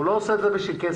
הוא לא עושה את זה בשביל כסף,